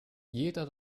jeder